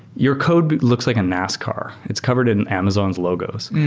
your code looks like a nascar. it's covered in amazon's logos.